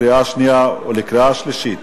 קריאה שנייה וקריאה שלישית,